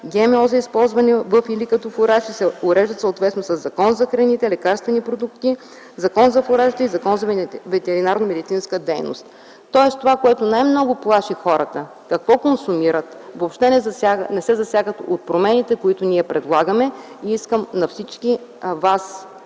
ГМО за използване във или като фуражи. Тези неща се уреждат съответно със Закона за храните, Закона за лекарствените продукти, Закона за фуражите и Закона за ветеринарно-медицинската дейност. Тоест това, което най-много плаши хората какво консумират, въобще не се засяга от промените, които ние предлагаме. Искам това да